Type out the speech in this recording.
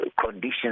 conditions